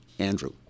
Andrew